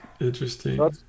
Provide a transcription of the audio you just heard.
interesting